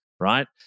Right